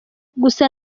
gusa